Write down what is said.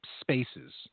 spaces